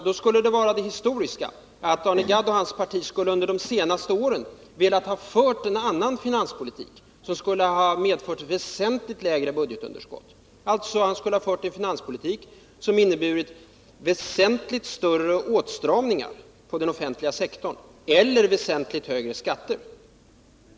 Då skulle förklaringen vara historisk — att Arne Gadd och hans parti under de senaste åren skulle ha velat föra en annan finanspolitik, som skulle ha medfört väsentligt lägre budgetunderskott. Han skulle då alltså ha fört en finanspolitik som inneburit väsentligt större åtstramningar på den offentliga sektorn eller väsentligt högre skatter.